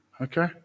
Okay